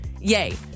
Yay